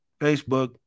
Facebook